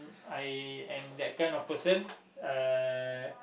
I am that kind of person